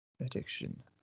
Addiction